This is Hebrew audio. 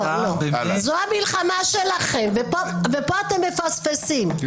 זו המלחמה שלכם ופה אתם מפספסים כי